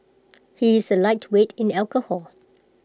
he is A lightweight in alcohol